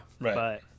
Right